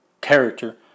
character